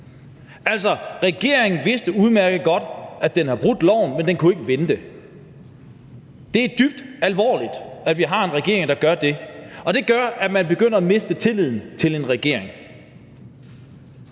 regeringen vidste udmærket godt, at den brød loven, men den kunne ikke vente. Det er dybt alvorligt, at vi har en regering, der gør det, og det gør, at man begynder at miste tilliden til en regering.